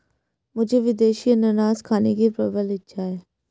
मुझे विदेशी अनन्नास खाने की प्रबल इच्छा है